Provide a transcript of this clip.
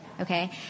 okay